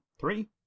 Three